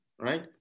right